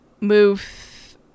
move